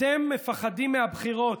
אתם מפחדים מהבחירות,